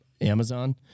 amazon